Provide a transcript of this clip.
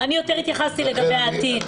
אני יותר התייחסתי לגבי העתיד.